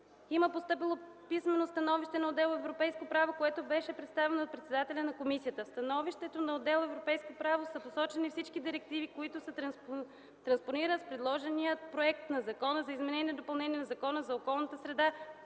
Има постъпило писмено становище на отдел „Европейско право”, което беше представено от председателя на комисията. В становището на отдел „Европейско право” са посочени всички директиви, които се транспонират с предложения Законопроект за изменение и допълнение на Закона за околната среда